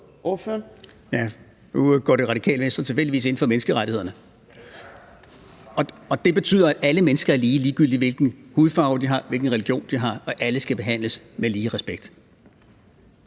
Nu går Det Radikale Venstre tilfældigvis ind for menneskerettighederne, og det betyder, at alle mennesker er lige, ligegyldig hvilken hudfarve de har eller hvilken religion de